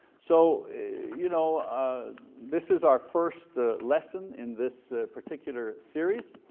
so you know ah this is our first lesson in this particular series,